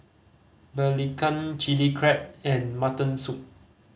belacan Chili Crab and mutton soup